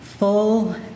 full